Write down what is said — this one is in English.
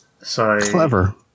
Clever